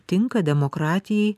tinka demokratijai